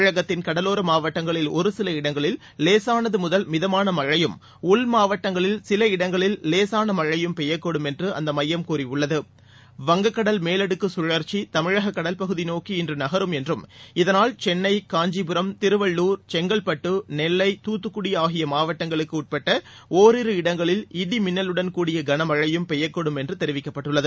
தமிழகத்தின் கடலோர மாவட்டங்களில் ஒருசில இடங்களில் லேசானது முதல் மிதமான மழையும் உள்மாவட்டங்களில் சில இடங்களில் லேசான மழையும் பெய்யக்கூடும் என்று அந்த மையம் கூறியுள்ளது வங்கக் கடல் மேலடுக்கு கழற்சி தமிழக கடல் பகுதி நோக்கி இன்று நகரும் என்றும் இதனால் சென்னை காஞ்சிபுரம் திருவள்ளுர் செங்கல்பட்டு நெல்லை தூத்துக்குடி ஆகிய மாவட்டங்களுக்கு உட்பட்ட ஓரிரு இடங்களில் இடி மின்னலுடன் கூடிய கனமழையும் பெய்யக்கூடும் என்றும் தெரிவிக்கப்பட்டுள்ளது